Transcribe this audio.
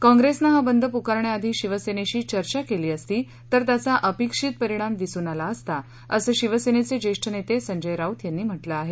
काँप्रेसनं हा बंद पुकारण्याआधी शिवसेनेशी चर्चा केली असती तर त्याचा अपेक्षित परिणाम दिसून आला असता असं शिवसेनेचे ज्येष्ठ नेते संजय राऊत यांनी म्हटलं आहे